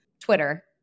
Twitter